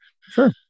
sure